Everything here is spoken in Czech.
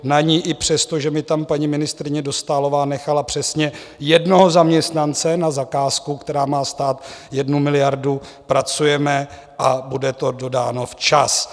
Na ní i přesto, že mi tam paní ministryně Dostálová nechala přesně jednoho zaměstnance na zakázku, která má stát 1 miliardu, pracujeme a bude to dodáno včas.